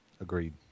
Agreed